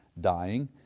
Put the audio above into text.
dying